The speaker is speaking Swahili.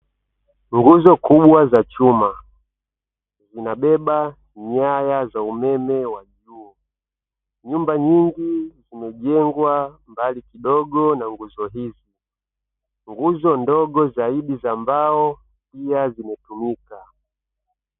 Nguzo kubwa za chuma zinabeba nyaya za umeme wa juu, nyumba nyingi zimejengwa mbali kidogo na nguo hizo. Nguzo ndogo zaidi za mbao pia zimetumika.